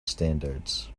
standards